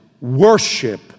worship